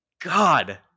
God